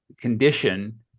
condition